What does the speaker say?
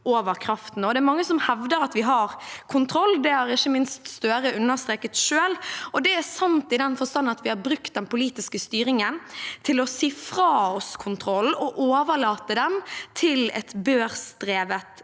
mange som hevder at vi har kontroll. Det har ikke minst Støre selv understreket. Det er sant i den forstand at vi har brukt den politiske styringen til å si fra oss kontrollen og overlate den til et børsdrevet